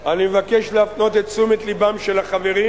אני מבקש להפנות את תשומת לבם של החברים